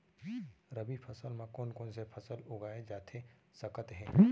रबि फसल म कोन कोन से फसल उगाए जाथे सकत हे?